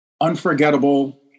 unforgettable